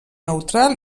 neutral